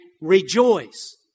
rejoice